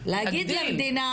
להגיד למדינה